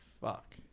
fuck